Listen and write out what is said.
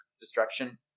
destruction